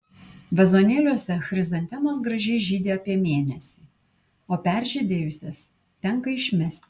vazonėliuose chrizantemos gražiai žydi apie mėnesį o peržydėjusias tenka išmesti